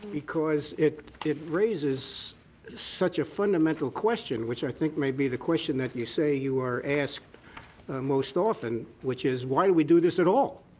because it it raises such a fundamental question, which i think may be the question that you say you are asked most often, which is why do we do this at all?